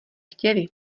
chtěli